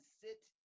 sit